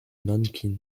nankin